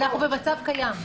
אנחנו במצב קיים.